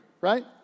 right